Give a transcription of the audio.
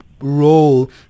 role